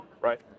Right